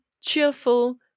cheerful